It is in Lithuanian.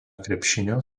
krepšinio